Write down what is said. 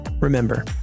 Remember